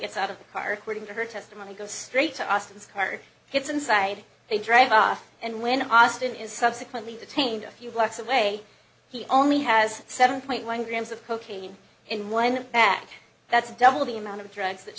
gets out of the car quitting her testimony goes straight to austin's car hits inside they drive off and when austin is subsequently detained a few blocks away he only has seven point one grams of cocaine in one bag that's double the amount of drugs that